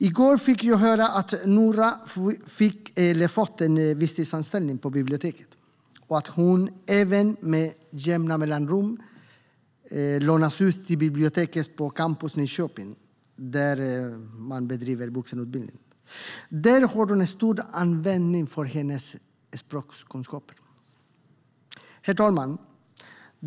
I går fick jag höra att Noora har fått en visstidsanställning på biblioteket och att hon även med jämna mellanrum lånas ut till biblioteket på Campus Nyköping, där man bedriver vuxenutbildning. Där har de stor användning för hennes språkkunskaper. Herr talman!